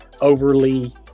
overly